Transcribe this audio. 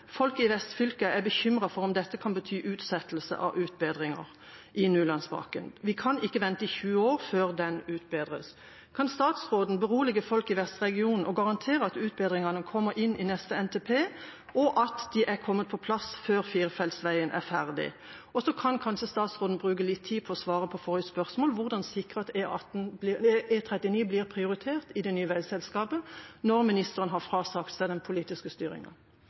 Folk i Vestfylket er bekymret for om dette kan bety utsettelse av utbedringer i Nulandsbakken. Vi kan ikke vente i 20 år før den utbedres. Kan statsråden berolige folk i vestregionen og garantere at utbedringene kommer inn i neste NTP, og at de er kommet på plass før firefeltsveien er ferdig? Så kan kanskje statsråden bruke litt tid på å svare på forrige spørsmål: Hvordan sikre at E39 blir prioritert i det nye veiselskapet når ministeren har frasagt seg den politiske styringa?